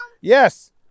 Yes